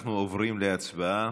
אנחנו עוברים להצבעה,